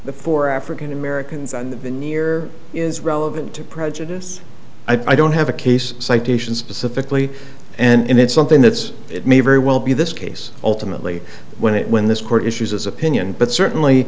the four african americans on the near is relevant to prejudice i don't have a case citation specifically and it's something that's it may very well be this case ultimately when it when this court issues as opinion but certainly